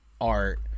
art